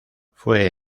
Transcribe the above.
fue